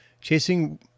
chasing